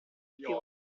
più